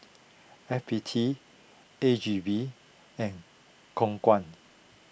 F B T A G V and Khong Guan